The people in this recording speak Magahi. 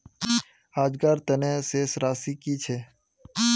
आजकार तने शेष राशि कि छे?